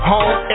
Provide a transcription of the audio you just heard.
Home